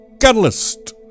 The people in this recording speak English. Catalyst